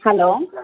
hello